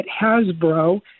Hasbro